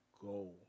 go